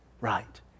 Right